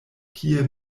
kie